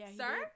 sir